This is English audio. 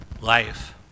life